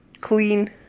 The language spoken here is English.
clean